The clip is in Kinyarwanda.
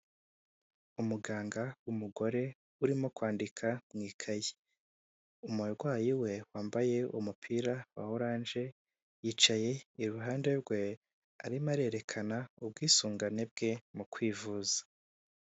Umuganga w'umugore urimo kwandika mu ikayi. Umurwayi we wambaye umupira wa oranje yicaye iruhande rwe, arimo arerekana ubwisungane bwe mu kwivuza.